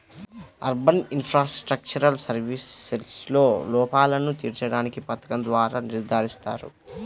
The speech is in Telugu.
అర్బన్ ఇన్ఫ్రాస్ట్రక్చరల్ సర్వీసెస్లో లోపాలను తీర్చడానికి పథకం ద్వారా నిర్ధారిస్తారు